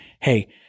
Hey